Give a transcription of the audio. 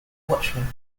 watchman